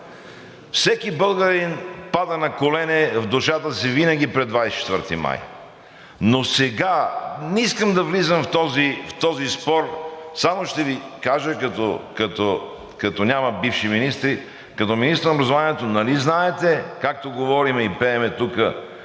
Всеки българин пада на колене в душата си винаги пред 24 май, но сега - не искам да влизам в този спор, само ще Ви кажа, като няма бивши министри, като министър на образованието нали знаете, както говорим и пеем тук